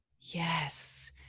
Yes